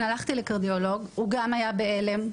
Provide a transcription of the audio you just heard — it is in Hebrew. הלכתי לקרדיולוג, וגם הוא היה בהלם.